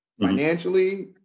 financially